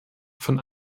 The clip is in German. von